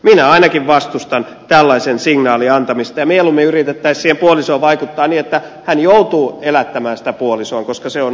minä ainakin vastustan tällaisen signaalin antamista ja mieluummin yritettäisiin siihen puolisoon vaikuttaa niin että hän joutuu elättämään sitä puolisoaan koska se on oikein